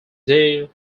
deer